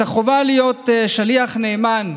את החובה להיות שליח נאמן,